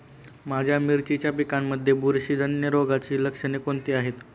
माझ्या मिरचीच्या पिकांमध्ये बुरशीजन्य रोगाची लक्षणे कोणती आहेत?